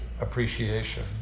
appreciation